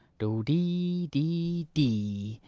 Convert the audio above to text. do de, de, de.